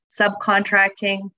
subcontracting